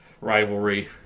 rivalry